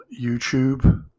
YouTube